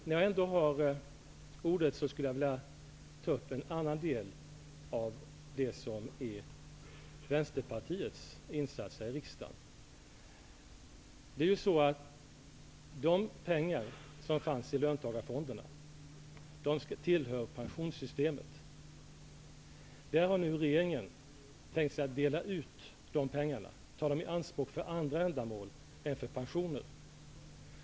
När jag ändå har ordet vill jag ta upp en annan del av Vänsterpartiets insatser här i riksdagen. De pengar som fanns i löntagarfonderna tillhör pensionssystemet, men regeringen har nu tänkt ta de pengarna i anspråk för andra ändamål än till pensioner.